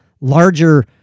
larger